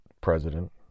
president